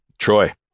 Troy